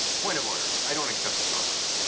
point of order i don't accept this offer.